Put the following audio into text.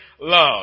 love